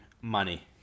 Money